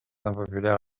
impopulaire